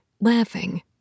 laughing